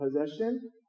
possession